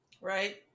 Right